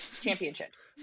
championships